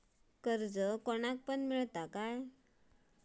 कर्ज कोणाक पण मेलता काय?